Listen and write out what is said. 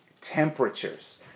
temperatures